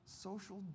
social